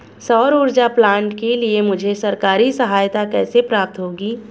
सौर ऊर्जा प्लांट के लिए मुझे सरकारी सहायता कैसे प्राप्त होगी?